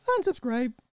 Unsubscribe